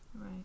Right